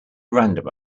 random